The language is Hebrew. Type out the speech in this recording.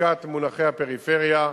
מחיקת מונחי הפריפריה.